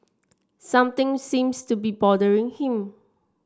something seems to be bothering him